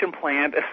plant